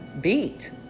beat